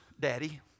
daddy